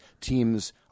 teams